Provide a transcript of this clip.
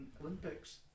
Olympics